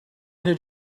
did